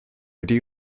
ydy